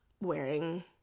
wearing